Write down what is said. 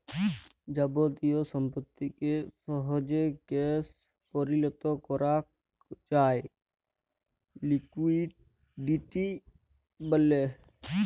যাবতীয় সম্পত্তিকে সহজে ক্যাশ পরিলত করাক যায় লিকুইডিটি ব্যলে